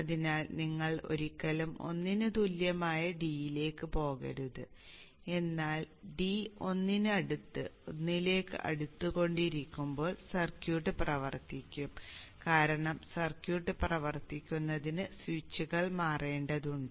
അതിനാൽ നിങ്ങൾ ഒരിക്കലും 1 ന് തുല്യമായ d യിലേക്ക് പോകരുത് എന്നാൽ d 1 ന് അടുത്ത് 1 ലേക്ക് അടുത്തു കൊണ്ടിരിക്കുമ്പോൾ സർക്യൂട്ട് പ്രവർത്തിക്കും കാരണം സർക്യൂട്ട് പ്രവർത്തിക്കുന്നതിന് സ്വിച്ചുകൾ മാറേണ്ടതുണ്ട്